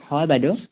হয় বাইদেউ